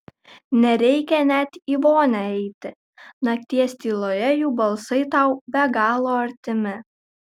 nereikia net į vonią eiti nakties tyloje jų balsai tau be galo artimi